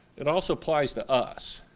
it also applies to us.